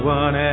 one